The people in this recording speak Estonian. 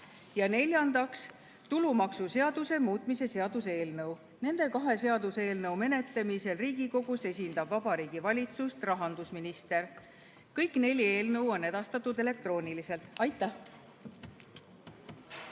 Neljandaks, tulumaksuseaduse muutmise seaduse eelnõu. Nende kahe seaduseelnõu menetlemisel Riigikogus esindab Vabariigi Valitsust rahandusminister. Kõik neli eelnõu on edastatud elektrooniliselt. Aitäh!